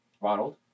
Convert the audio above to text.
Ronald